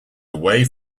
away